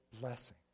blessing